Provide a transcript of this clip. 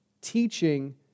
teaching